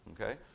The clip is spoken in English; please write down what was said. Okay